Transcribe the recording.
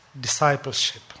discipleship